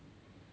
没有